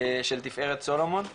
של תפארת סולומון.